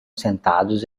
sentados